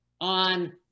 on